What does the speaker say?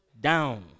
down